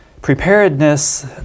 Preparedness